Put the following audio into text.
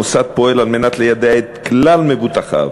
המוסד פועל ליידע את כלל מבוטחיו,